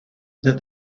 that